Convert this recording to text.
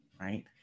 right